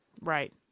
Right